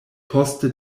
poste